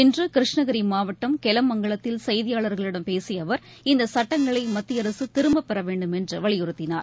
இன்று கிருஷ்ணகிரி மாவட்டம் கெலமங்கலத்தில் செய்தியாளர்களிடம் பேசிய அவர் இந்த சட்டங்களை மத்தியஅரசு திரும்பப்பெறவேண்டும் என்று வலியுறுத்தினார்